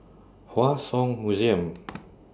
Hua Song Museum